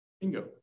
Bingo